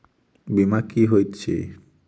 बीमा की होइत छी?